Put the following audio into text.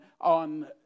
on